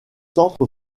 centre